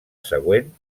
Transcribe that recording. següent